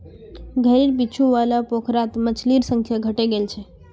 घरेर पीछू वाला पोखरत मछलिर संख्या घटे गेल छ